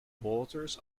waters